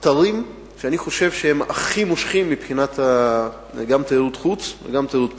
אתרים שאני חושב שהם הכי מושכים מבחינת תיירות חוץ וגם תיירות פנים.